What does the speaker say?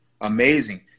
amazing